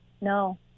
No